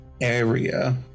area